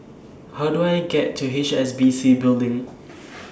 How Do I get to H S B C Building